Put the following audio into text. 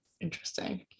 interesting